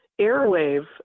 Airwave